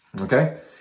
Okay